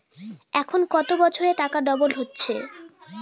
এখন কত বছরে টাকা ডবল হচ্ছে?